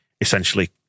essentially